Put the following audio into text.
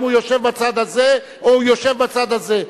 אם הוא יושב בצד הזה או הוא יושב בצד הזה.